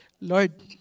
Lord